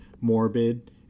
morbid